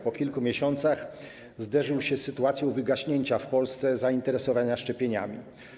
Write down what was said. Po kilku miesiącach zderzył się z sytuacją wygaśnięcia w Polsce zainteresowania szczepieniami.